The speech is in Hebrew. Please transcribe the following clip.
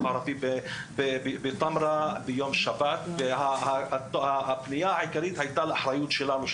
הערבי ביום שבת והעיקר היה מה שבאחריות שלנו,